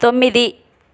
తొమ్మిది